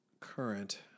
Current